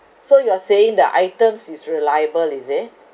so you are saying the items is reliable is it